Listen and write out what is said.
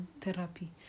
therapy